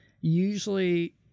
usually